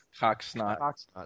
Cocksnot